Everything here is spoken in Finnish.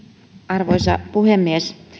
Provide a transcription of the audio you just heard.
arvoisa puhemies